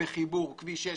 בחיבור כביש 6,